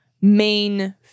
main